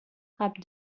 frappe